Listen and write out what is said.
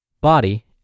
body